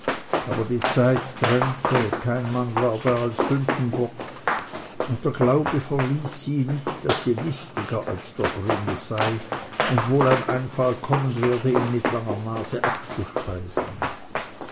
aber die zeit drängte kein mann war da als sündenbock und der glaube verließ sie nicht daß sie listiger als der grüne sei und wohl ein einfall kommen werde ihn mit langer nase abzuspeisen